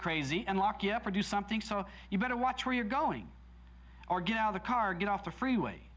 crazy and lock you up produce something so you better watch where you're going or get out of the car get off the freeway